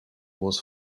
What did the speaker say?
was